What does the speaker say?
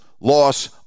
loss